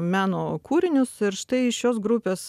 meno kūrinius ir štai šios grupės